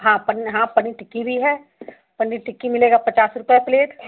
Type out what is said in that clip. हाँ पन्न हाँ पनीर टिक्की भी है पनीर टिक्की मिलेगा पचास रुपये प्लेट